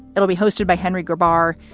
it'll be hosted by henry gabbar.